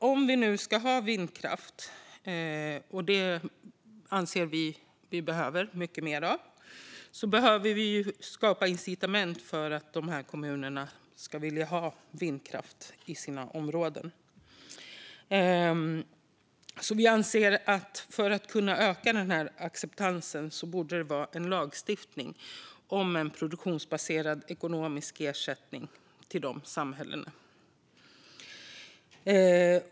Om vi nu ska ha vindkraft - och Vänsterpartiet anser att vi behöver mycket mer av det - behöver vi skapa incitament för att dessa kommuner ska vilja ha vindkraft i sina områden. För att öka acceptansen borde det finnas lagstiftning om en produktionsbaserad ekonomisk ersättning till dessa samhällen.